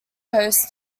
hosts